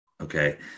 Okay